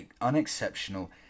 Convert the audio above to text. unexceptional